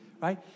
Right